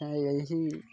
ଏହି